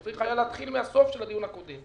צריך היה להתחיל מהסוף של הדיון הקודם.